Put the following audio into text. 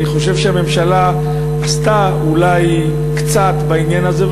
אני חושב שהממשלה עשתה אולי קצת בעניין הזה,